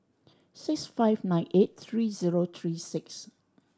six five nine eight three zero three six